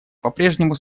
попрежнему